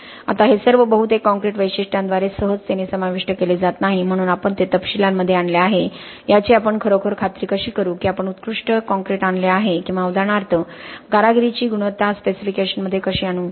आता हे सर्व बहुतेक काँक्रीट वैशिष्ट्यांद्वारे सहजतेने समाविष्ट केले जात नाही म्हणून आपण ते तपशीलांमध्ये आणले आहे याची आपण खरोखर खात्री कशी करू कि आपण उत्कृस्ट काँक्रीट आणले आहे किंवा उदाहरणार्थ कारागिरीची गुणवत्ता स्पेसिफिकेशन मध्ये कशी आणू